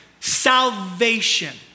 Salvation